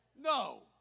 no